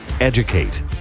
educate